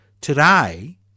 Today